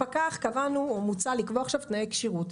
לפקח קבענו או מוצע לקבוע עכשיו תנאי כשירות.